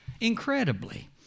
Incredibly